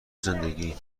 زندگی